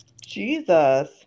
Jesus